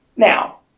Now